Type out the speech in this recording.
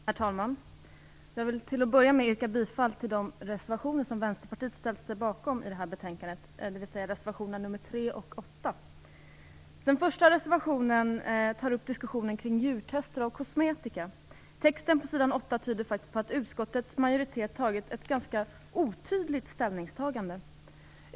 Herr talman! Till att börja med yrkar jag bifall till de reservationer i betänkandet som Vänsterpartiet står bakom, nämligen reservationerna 3 och 8. Texten på s. 8 i betänkandet tyder faktiskt på att utskottets majoritet gjort ett ganska otydligt ställningstagande.